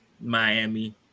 Miami